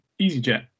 EasyJet